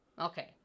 okay